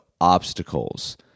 obstacles